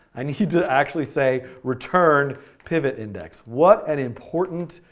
i need to actually say return pivotindex. what an important,